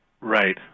Right